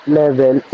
level